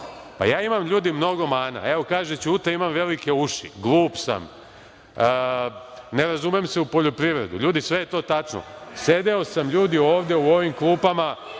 ja imam mnogo mana. Evo, kaže Ćuta da imam velike uši. Glup sam, ne razumem se u poljoprivredu. Ljudi, sve je to tačno. Sedeo sam, ljudi, ovde, u ovim klupama,